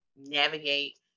navigate